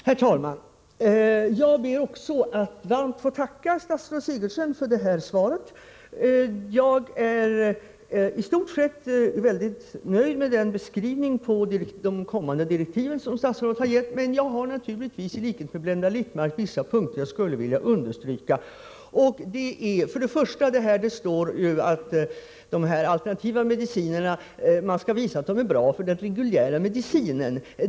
Herr talman! Jag ber också att varmt få tacka statsrådet Sigurdsen för detta svar. Jag är i stort sett mycket nöjd med den beskrivning av de kommande direktiven som statsrådet har gett, men jag vill, i likhet med Blenda Littmarck, naturligtvis understryka vissa punkter. Det står i svaret att utredningen skall visa vilka alternativa mediciner som är bra för den reguljära medicinen.